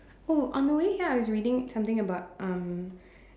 oh on the way here I was reading something about um